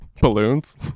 Balloons